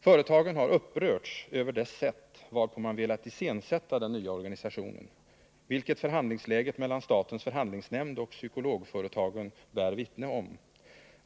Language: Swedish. Företagen har upprörts över det sätt varpå man velat iscensätta den nya organisationen, vilket förhandlingsläget mellan statens förhandlingsnämnd och psykologföretagen bär vittne om.